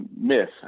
myth